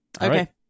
Okay